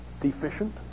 deficient